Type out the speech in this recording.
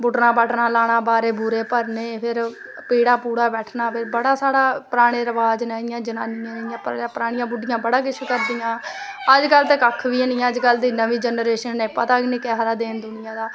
बुटना बटना लाना बारे बूरे भरने फिर पीह्ड़ै पूह्ड़ै बैठना फिर बड़ा साढ़ा पराने रवाज़ नै इयां जनानियां ते परानियां बुड्डियां बड़ा किश करदियां अज कल ते कक्ख बी हैनी अज कल दी नमीं जनरेशन इनें पता गै नी किसे दा दीन दुनियें दा